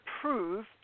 prove